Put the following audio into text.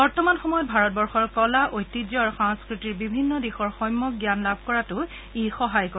বৰ্তমান সময়ত ভাৰতবৰ্ষৰ কলা ঐতিহ্য আৰু সংস্থতিৰ বিভিন্ন দিশৰ সম্যক জ্ঞান লাভ কৰাতো ই সহায় কৰে